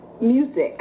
music